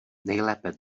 nejlépe